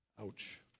Ouch